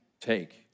take